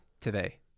today